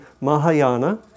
Mahayana